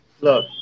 Look